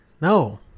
no